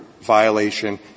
violation